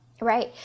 Right